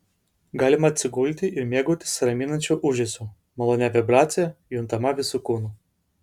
galima atsigulti ir mėgautis raminančiu ūžesiu malonia vibracija juntama visu kūnu